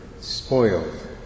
spoiled